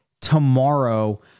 tomorrow